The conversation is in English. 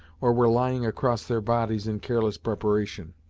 or were lying across their bodies in careless preparation.